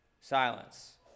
Silence